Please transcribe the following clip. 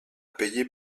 payer